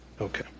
Okay